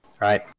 right